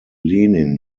lenin